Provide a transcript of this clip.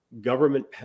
government